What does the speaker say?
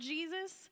Jesus